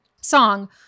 song